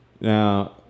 Now